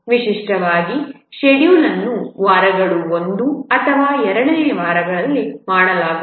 ವಿಶಿಷ್ಟವಾಗಿ ಷೆಡ್ಯೂಲ್ಯನ್ನು ವಾರಗಳು 1 ಅಥವಾ 2ನೇ ವಾರಗಳಲ್ಲಿ ಮಾಡಲಾಗುತ್ತದೆ